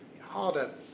harder